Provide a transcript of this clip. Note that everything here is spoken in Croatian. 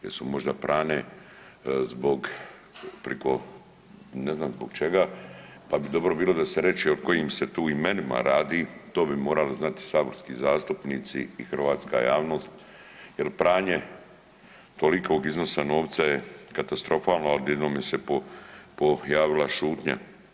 Jesu možda prane priko ne znam zbog čega, pa bi bilo dobro da se reče o kojim se tu imenima radi, to bi morali znati saborski zastupnici i hrvatska javnost jel pranje tolikog iznosa novca je katastrofalno, a odjednom se pojavila šutnja.